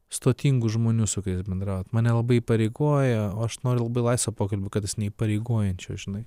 stotingų žmonių su kuriais bendraut mane labai įpareigoja o aš noriu labai laisvo pokalbio kad jis neįpareigojančio žinai